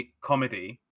comedy